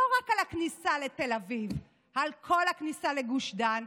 לא רק על הכניסה לתל אביב, על כל הכניסה לגוש דן.